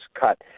cut